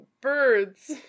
birds